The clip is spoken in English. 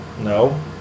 No